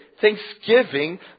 thanksgiving